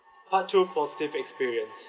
part two positive experience